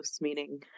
meaning